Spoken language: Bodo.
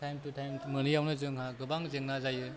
टाइम तु टाइम मोनियावनो जोंहा गोबां जेंना जायो